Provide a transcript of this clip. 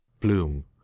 bloom